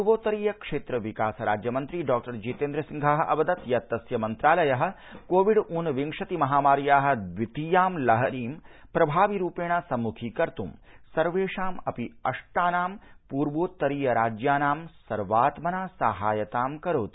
पूर्वोत्तरीय क्षेत्र विकास राज्यमन्त्री डॉक्टर् जितेन्द्र सिंहः अवदत् यत् तस्य मन्वालयः कोविड ऊनविंशति महामार्याः द्वितीयां लहरीं प्रभावि रूपेण सम्मुखीकत्तुं सर्वेषाम् अपि अष्टानां पूर्वोत्तरीय राज्यानां सर्वात्मना सहायतां करोति